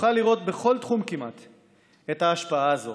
נוכל לראות את ההשפעה הזאת